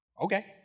okay